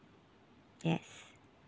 yes